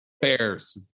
bears